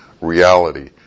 reality